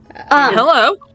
Hello